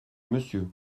monsieur